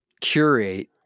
curate